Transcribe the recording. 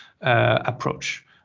approach